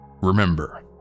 remember